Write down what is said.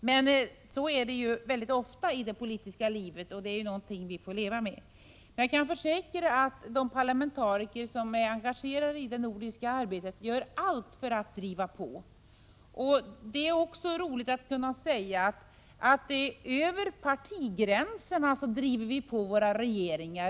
Men så är det ju ofta i det politiska livet, och det är någonting vi får leva med. Jag kan försäkra att de parlamentariker som är engagerade i det nordiska arbetet gör allt för att driva på. Det är också roligt att kunna säga att vi över partigränserna driver på våra regeringar.